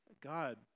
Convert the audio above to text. God